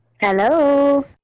Hello